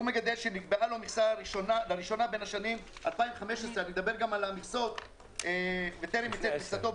הוא מגדל שנקבעה לו מכסה לראשונה בין השנים 2015 וטרם ייצר את מכסתו,